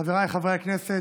חבריי חברי הכנסת,